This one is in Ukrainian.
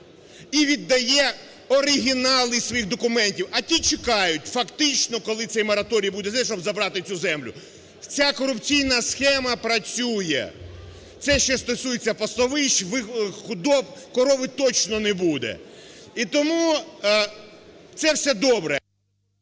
І віддає оригінали своїх документів, а ті чекають фактично, коли цей мораторій буде закінчено, щоб забрати цю землю. Ця корупційна схема працює. Це ще стосується пасовищ, худоби. Корів точно не буде. І тому… Це все добре!